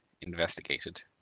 investigated